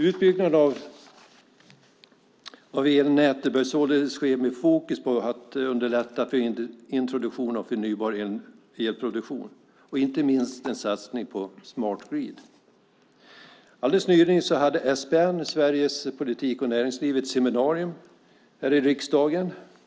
Utbyggnaden av elnäten bör således ske med fokus på att underlätta för introduktion av förnybar elproduktion. Inte minst gäller det en satsning på smart grid. Alldeles nyligen höll SPN, Sällskapet Politik och Näringsliv, ett seminarium i riksdagen.